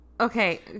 Okay